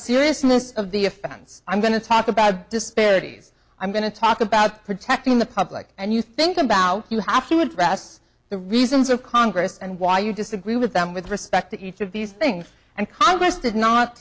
seriousness of the offense i'm going to talk about disparities i'm going to talk about protecting the public and you think about you have to address the reasons of congress and why you disagree with them with respect to each of these things and congress did not